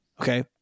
Okay